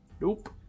Nope